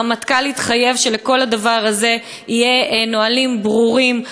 הרמטכ"ל התחייב שלכל הדבר הזה יהיו נהלים ברורים,